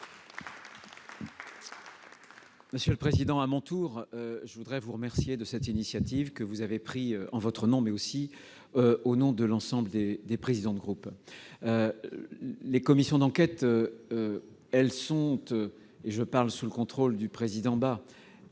Monsieur le président, à mon tour, je veux vous remercier de l'initiative que vous avez prise en votre nom, mais aussi au nom de l'ensemble des présidents de groupe. Les commissions d'enquête - je parle sous le contrôle de M. le président de